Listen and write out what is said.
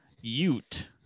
ute